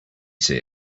see